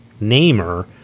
namer